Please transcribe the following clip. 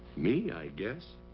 me, i guess.